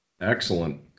Excellent